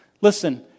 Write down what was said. Listen